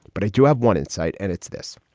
but i do have one insight. and it's this.